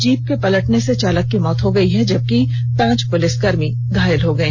jeep के पलटने से चालक की मौत हो गयी जबकि पांच पुलिस कर्मी घायल हो गये